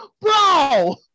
Bro